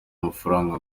amafaranga